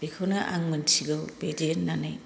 बेखौनो आं मोनथिगौ बिदि होन्नानै